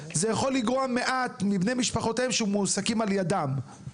זה עלול לגרוע במעט מבני משפחותיהם שמועסקים על ידם.